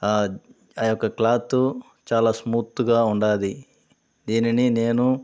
యొక్క క్లాతు చాలా స్మూతుగా ఉంది దీన్ని నేను